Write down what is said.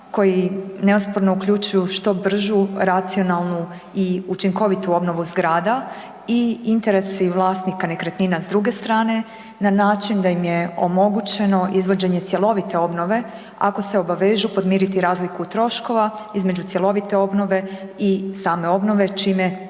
koji neosporno uključuju što bržu racionalnu i učinkovitu obnovu zgrada i interesi vlasnika nekretnina s druge strane na način da im je omogućeno izvođenje cjelovite obnove ako se obavežu podmiriti razliku troškova između cjelovite obnove i same obnove čime